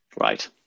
Right